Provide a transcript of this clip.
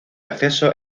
acceso